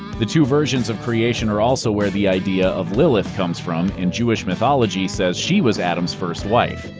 the two versions of creation are also where the idea of lilith comes from, and jewish mythology says she was adam's first wife.